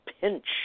pinch